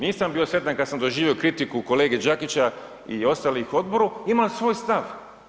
Nisam bio sretan kad sam doživio kritiku kolege Đakića i ostalih u odboru, imam svoj stav.